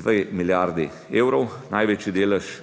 2 milijardi evrov. Največji delež